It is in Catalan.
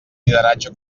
lideratge